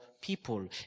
people